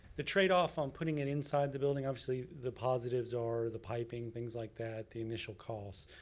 the trade-off on putting it inside the building, obviously the positives are the piping, things like that, the initial cost.